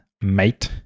mate